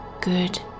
good